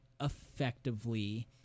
effectively